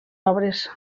obres